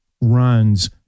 runs